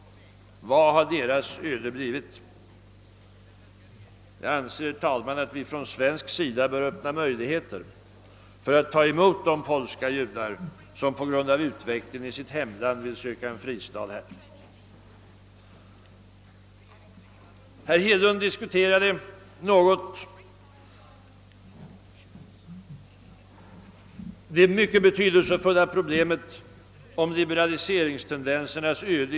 Vilket har deras öde blivit? Jag anser, herr talman, att vi från svenskt håll bör öppna möjligheter att ta emot polska judar som på grund av utvecklingen i sitt hemland vill söka en fristad här. Herr Hedlund berörde något det mycket betydelsefulla problemet om hur det gått med =:liberaliseringstendenserna i Sovjetunionen.